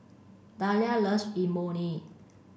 Dahlia loves Imoni